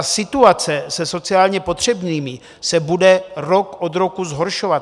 Situace se sociálně potřebnými se bude rok od roku zhoršovat.